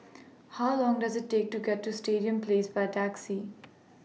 How Long Does IT Take to get to Stadium Place By Taxi